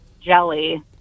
jelly